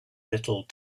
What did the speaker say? little